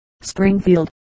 Springfield